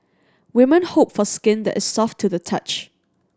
women hope for skin that is soft to the touch